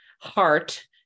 heart